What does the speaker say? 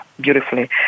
beautifully